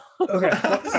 Okay